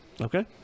Okay